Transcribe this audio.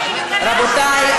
רבותי,